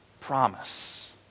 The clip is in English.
promise